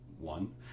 One